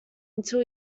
until